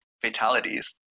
fatalities